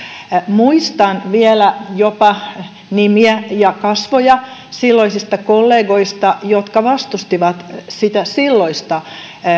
muistan vielä jopa nimiä ja kasvoja silloisista kollegoista jotka vastustivat silloista